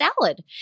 salad